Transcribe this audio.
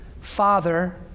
Father